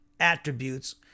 attributes